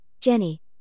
Jenny